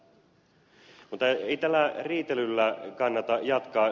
mutta ei tällä riitelyllä kannata jatkaa